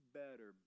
better